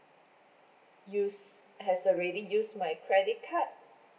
use has already use my credit card